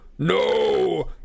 No